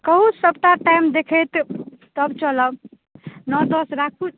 कहू सभटा टाइम देखैत तब चलब नओ दस राखू